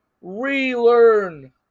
relearn